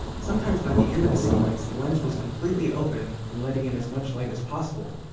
sometimes by the end of a sequence, the lens was completely open and letting in as much light as possible.